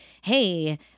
hey